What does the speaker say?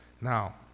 Now